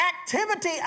activity